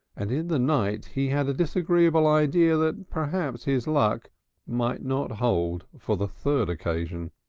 and in the night he had a disagreeable idea that perhaps his luck might not hold for the third occasion.